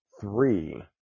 three